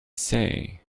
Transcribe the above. say